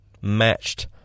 matched